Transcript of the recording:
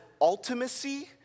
ultimacy